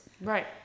Right